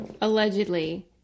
allegedly